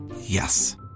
Yes